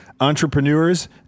entrepreneurs